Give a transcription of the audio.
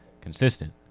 consistent